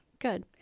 Good